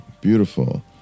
beautiful